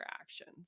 actions